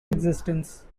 existence